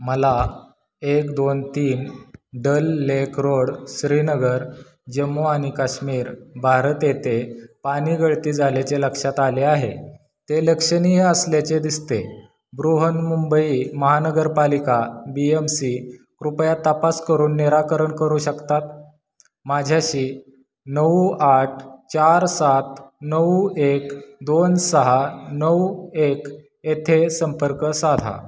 मला एक दोन तीन डल लेक रोड श्रीनगर जम्मू आणि काश्मीर भारत येथे पाणी गळती झालेचे लक्षात आले आहे ते लक्षणीय असल्याचे दिसते Brihan Mumbai Mahanagarpalika B M C कृपया तपास करून निराकरण करू शकतात माझ्याशी नऊ आठ चार सात नऊ एक दोन सहा नऊ एक येथे संपर्क साधा